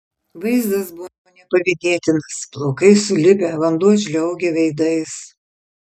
vaizdas buvo nepavydėtinas plaukai sulipę vanduo žliaugia veidais